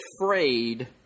afraid